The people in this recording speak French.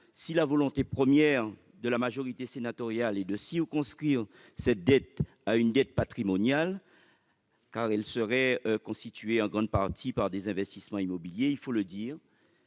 Si la volonté première de la majorité sénatoriale est de circonscrire cette dette à une dette patrimoniale- elle serait constituée en grande partie par des investissements immobiliers -, il faut le dire,